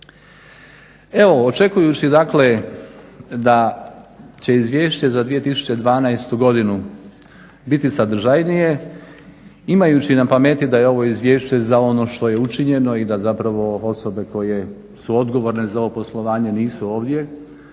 Evo očekujući dakle da će Izvješće za 2012. godinu biti sadržajnije, imajući na pamti da je ovo izvješće za ono što je učinjeno i da zapravo osobe koje su odgovorne za ovo poslovanje nisu ovdje.